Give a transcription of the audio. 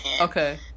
Okay